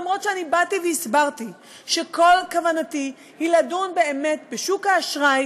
למרות שאני באתי והסברתי שכל כוונתי היא לדון באמת בשוק האשראי